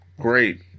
great